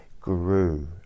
grew